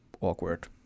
awkward